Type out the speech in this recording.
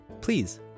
please